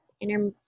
inner